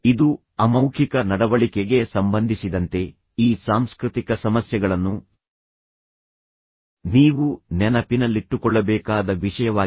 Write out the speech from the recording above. ಇದು ಅಮೌಖಿಕ ನಡವಳಿಕೆಗೆ ಸಂಬಂಧಿಸಿದಂತೆ ಈ ಸಾಂಸ್ಕೃತಿಕ ಸಮಸ್ಯೆಗಳನ್ನು ನೀವು ನೆನಪಿನಲ್ಲಿಟ್ಟುಕೊಳ್ಳಬೇಕಾದ ವಿಷಯವಾಗಿದೆ